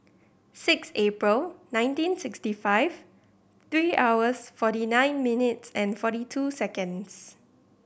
six April nineteen sixty five three hours forty nine minutes and forty two seconds